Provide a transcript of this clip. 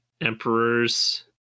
emperors